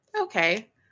okay